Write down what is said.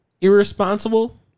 irresponsible